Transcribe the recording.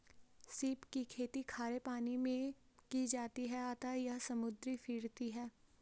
सीप की खेती खारे पानी मैं की जाती है अतः यह समुद्री फिरती है